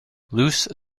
loose